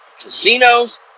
casinos